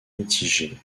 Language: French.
mitigée